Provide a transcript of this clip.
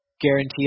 guarantee